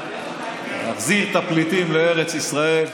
להחזיר את הפליטים לארץ ישראל.